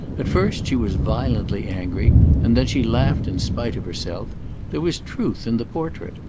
at first she was violently angry and then she laughed in spite of herself there was truth in the portrait.